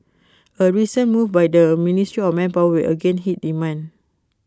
A recent move by the ministry of manpower will again hit demand